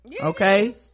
okay